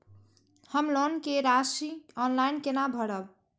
हम लोन के राशि ऑनलाइन केना भरब?